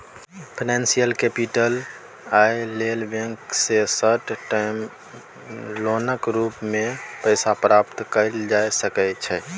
financial capital लइ लेल bank सँ शार्ट टर्म लोनक रूप मे पैसा प्राप्त कएल जा सकइ छै